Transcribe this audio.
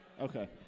Okay